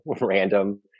random